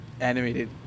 animated